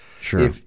Sure